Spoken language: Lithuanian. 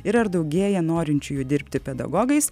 ir ar daugėja norinčiųjų dirbti pedagogais